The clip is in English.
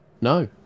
No